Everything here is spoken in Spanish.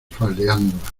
faldeándola